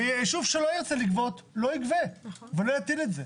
ויישוב שלא ירצה לגבות, לא ייגבה ולא יטיל את זה.